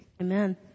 Amen